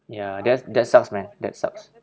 ya that that sucks man that sucks